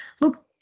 look